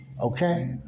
Okay